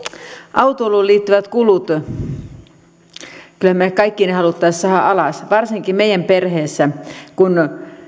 autoiluun liittyvät kulut kyllähän me kaikki ne haluaisimme saada alas varsinkin meidän perheessä kun